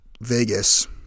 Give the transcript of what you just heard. Vegas